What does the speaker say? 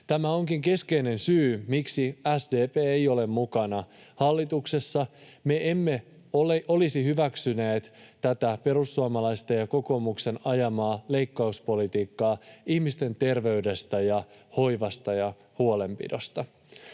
Tämä onkin keskeinen syy, miksi SDP ei ole mukana hallituksessa. Me emme olisi hyväksyneet tätä perussuomalaisten ja kokoomuksen ajamaa leikkauspolitiikkaa ihmisten terveydestä ja hoivasta ja huolenpidosta.